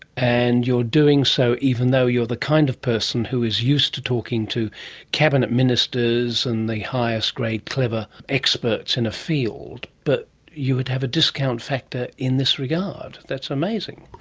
and you're doing so even though you are the kind of person who is used to talking to cabinet ministers and the highest-grade clever experts in a field, but you would have a discount factor in this regard. that's amazing.